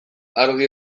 argi